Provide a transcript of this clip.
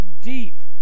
deep